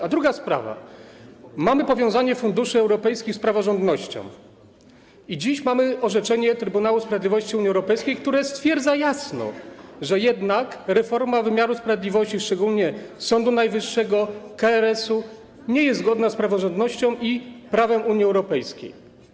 A druga sprawa, mamy powiązanie Funduszy Europejskich z praworządnością i dziś mamy orzeczenie Trybunału Sprawiedliwości Unii Europejskiej, które stwierdza jasno, że jednak reforma wymiaru sprawiedliwości, szczególnie Sądu Najwyższego, KRS-u, nie jest zgodna z praworządnością i prawem Unii Europejskiej.